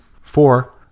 Four